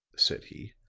said he.